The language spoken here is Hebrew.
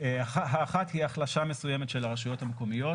האחת היא החלשה מסוימת של הרשויות המקומיות